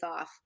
off